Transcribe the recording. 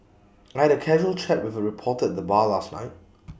I had A casual chat with A reporter at the bar last night